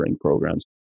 programs